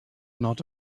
not